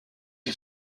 qui